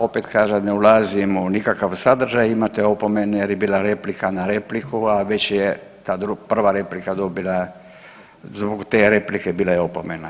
Opet kažem ne ulazim u nikakav sadržaj imate opomenu jer je bila replika na repliku, a već je ta prva replika dobila zbog te replike bila je opomena.